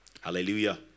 Hallelujah